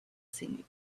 seen